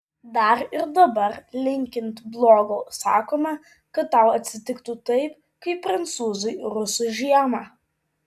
dar ir dabar linkint blogo sakoma kad tau atsitiktų taip kaip prancūzui rusų žiemą